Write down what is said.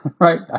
right